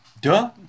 Duh